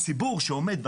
הציבור שעומד,